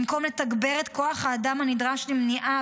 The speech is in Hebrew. במקום לתגבר את כוח האדם הנדרש למניעה